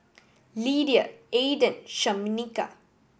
Lydia Aiden Shameka